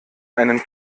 einen